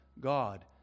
God